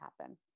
happen